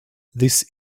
this